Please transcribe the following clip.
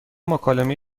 مکالمه